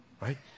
right